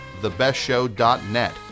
thebestshow.net